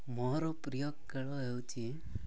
ମୋର ପ୍ରିୟ ଖେଳ ହେଉଛିି